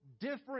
different